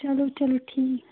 چلو چلو ٹھیٖک